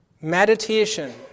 meditation